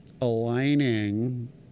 aligning